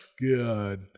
Good